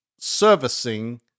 servicing